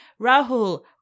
Rahul